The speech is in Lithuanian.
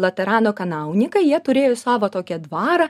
laterano kanauninkai jie turėjo į savą tokią dvarą